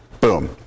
Boom